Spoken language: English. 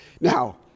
now